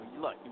look